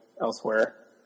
elsewhere